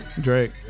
Drake